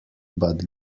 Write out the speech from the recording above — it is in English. but